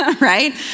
right